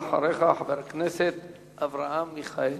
ולאחריו, חבר הכנסת אברהם מיכאלי.